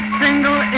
single